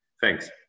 Thanks